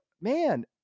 man